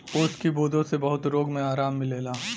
ओस की बूँदो से बहुत रोग मे आराम मिलेला